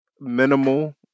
Minimal